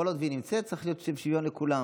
כל עוד היא נמצאת, צריך להיות שוויון לכולם.